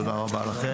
תודה רבה לכם.